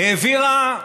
העבירה,